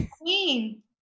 queen